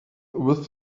with